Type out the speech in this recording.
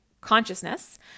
consciousness